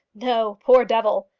no, poor devil!